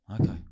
okay